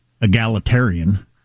egalitarian